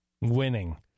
Winning